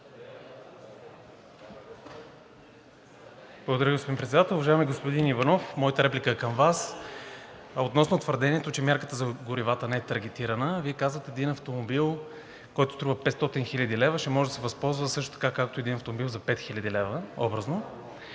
Благодаря, господин Председател. Уважаеми господин Иванов, моята реплика е към Вас относно твърдението, че мярката за горивата не е таргетирана. Вие казахте, че един автомобил, който струва 500 хил. лв., ще може да се възползва също така както един автомобил за 5000 лв., образно.